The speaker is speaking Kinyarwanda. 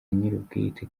nyir’ubwite